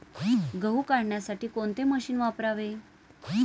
गहू काढण्यासाठी कोणते मशीन वापरावे?